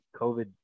Covid